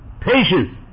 Patience